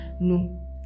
no